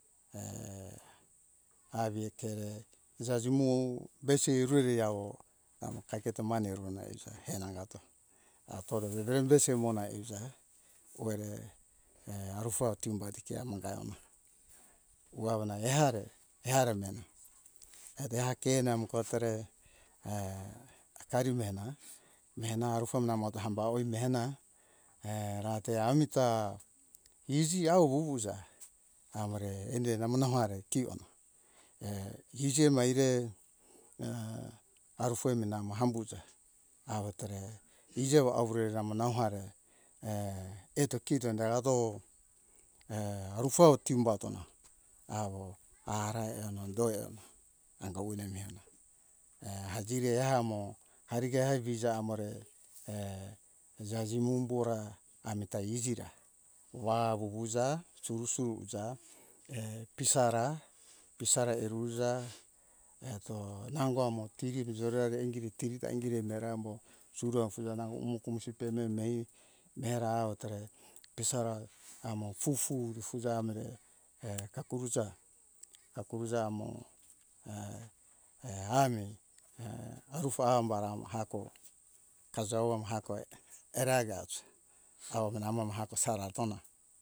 avi kere jajemo besi urere awo amo kaeketo mane rona aija he nangato atore vevere besi emona euja uere e arufo atumbati ke amon da amo hu avana e ehare ehare mena ete a ke namo kotore tari mehena mehena arufo namota hambau o mehena rate amita izi a wuwuza awore ene namona hare kiona izi maire arufo eme namo hambuza awotore izi ewo awore e amo nau hare eto kito darango arufo timba atona awo ara eona do eona anga uwe mehona e hajire eamo arige aivija amore jajimumbora amita ijida wa wuwuza suru suru uja e pisara pisara eruza eto nango amo tiri ujore ingire tiri ta ingire nere ambo suro ofeamo umo kumusi pememei merau tore pisara amo fufu fu da amore e kakuza kakuza amo ami arufa ambara mo hako kazau amo hako eragauch au nanamo hakusara tona